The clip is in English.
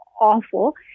awful